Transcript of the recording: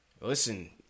listen